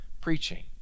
preaching